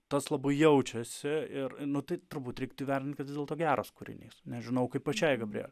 tas labai jaučiasi ir nu tai turbūt reiktų vertint kad vis dėlto geras kūrinys nežinau kaip pačiai gabriel